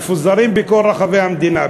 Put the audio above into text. מפוזרים בכל רחבי המדינה.